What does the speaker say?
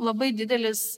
labai didelis